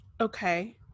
Okay